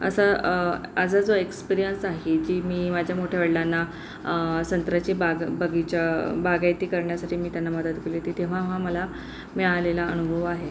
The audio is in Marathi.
असा माझा जो एक्सपिरियंस आहे जी मी माझ्या मोठ्या वडलांना संत्र्याची बाग बगीचा बागायती करण्यासाठी मी त्यांना मदत केली होती तेव्हा हा मला मिळालेला अनुभव आहे